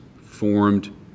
formed